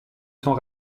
sent